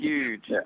Huge